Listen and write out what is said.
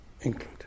included